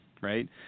right